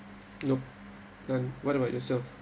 nope none what about yourself